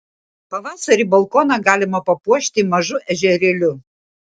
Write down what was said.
pavasarį balkoną galima papuošti mažu ežerėliu